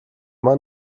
man